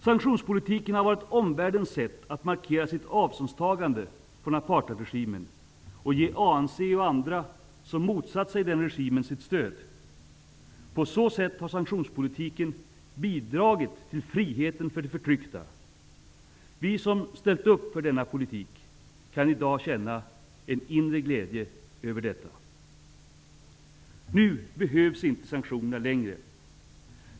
Sanktionspolitiken har varit omvärldens sätt att markera sitt avståndstagande från apartheidregimen och ge ANC och andra som motsatt sig regimen sitt stöd. På så sätt har sanktionspolitiken bidragit till friheten för de förtryckta. Vi som ställt upp för denna politik kan i dag känna en inre glädje över detta. Nu behövs inte sanktionerna längre.